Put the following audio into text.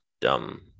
dumb